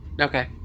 Okay